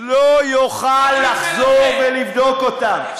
הוא לא יוכל לחזור ולבדוק אותם.